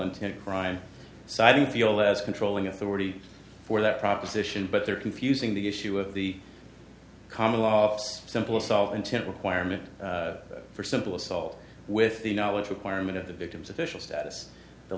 intent crime so i don't feel as controlling authority for that proposition but they're confusing the issue of the common law simple solve intent requirement for simple assault with the knowledge requirement of the victim's official status the